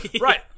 Right